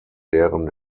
deren